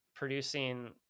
producing